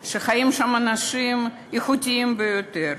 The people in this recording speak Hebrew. עליה שחיים בה אנשים איכותיים ביותר,